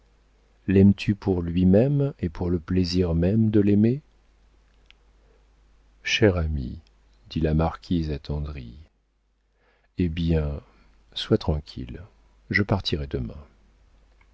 laimes tu pour lui-même et pour le plaisir même de l'aimer chère amie dit la marquise attendrie eh bien sois tranquille je partirai demain